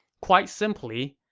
quite simply,